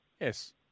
Yes